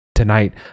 Tonight